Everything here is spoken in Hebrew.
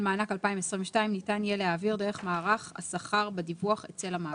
אני לא רוצה להתווכח בימים האלה ובשעות האלה,